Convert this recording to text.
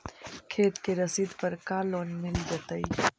खेत के रसिद पर का लोन मिल जइतै?